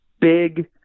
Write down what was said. big